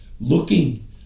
looking